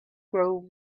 grow